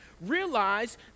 realize